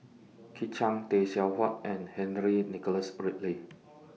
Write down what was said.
Kit Chan Tay Seow Huah and Henry Nicholas Ridley